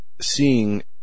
Seeing